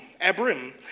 Abram